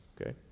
okay